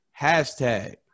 Hashtag